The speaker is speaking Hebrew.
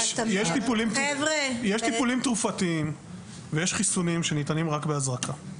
יש טיפולים תרופתיים ויש חיסונים שניתנים רק בהזרקה.